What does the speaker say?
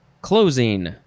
closing